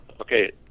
Okay